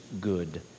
good